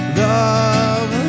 love